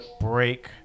break